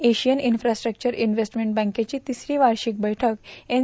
Asian infrastructure investment बँकेची तिसरी वार्षिक बैठक एन